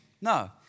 No